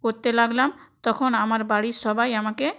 করতে লাগলাম তখন আমার বাড়ির সবাই আমাকে